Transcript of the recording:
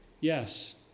yes